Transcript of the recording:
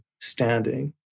standing